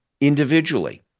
individually